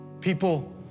People